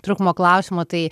trūkumo klausimo tai